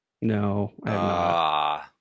No